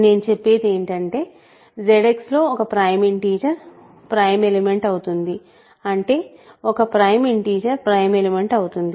నేను చెప్పేది ఏంటంటే ZX లో ఒక ప్రైమ్ ఇంటిజర్ ప్రైమ్ ఎలిమెంట్ అవుతుంది అంటే ఒక ప్రైమ్ ఇంటిజర్ ప్రైమ్ ఎలిమెంట్ అవుతుంది